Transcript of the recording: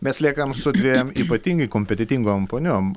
mes liekam su dviem ypatingai kompetentingom poniom